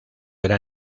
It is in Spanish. era